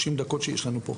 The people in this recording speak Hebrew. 30 דקות שיש לנו פה,